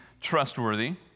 trustworthy